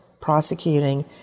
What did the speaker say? prosecuting